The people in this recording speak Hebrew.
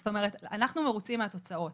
זאת אומרת: אנחנו מרוצים מהתוצאות.